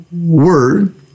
word